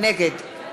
נגד